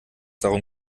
darum